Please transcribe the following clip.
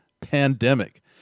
pandemic